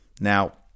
Now